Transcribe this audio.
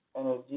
energy